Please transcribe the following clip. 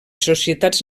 societats